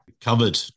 covered